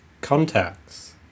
Contacts